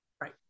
right